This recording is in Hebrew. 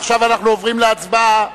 ועכשיו אנחנו עוברים להצבעה.